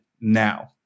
now